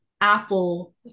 apple